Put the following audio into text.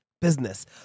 Business